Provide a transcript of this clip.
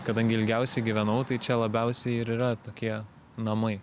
kadangi ilgiausiai gyvenau tai čia labiausiai ir yra tokie namai